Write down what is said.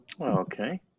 okay